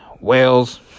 Wales